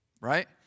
Right